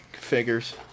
figures